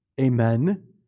Amen